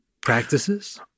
practices